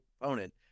opponent